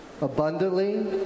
abundantly